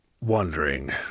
wondering